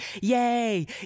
yay